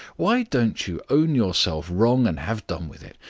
why don't you own yourself wrong and have done with it?